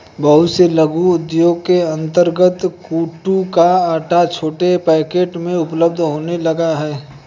बहुत से लघु उद्योगों के अंतर्गत कूटू का आटा छोटे पैकेट में उपलब्ध होने लगा है